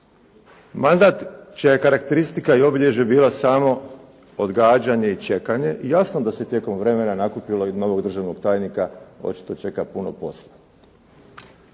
Mandat čija je karakteristika i obilježje bila samo odgađanje i čekanje i jasno da se tijekom vremena nakupilo i novog državnog tajnika očito čeka puno posla.